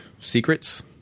Secrets